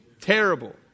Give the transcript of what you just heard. Terrible